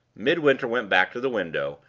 midwinter went back to the window,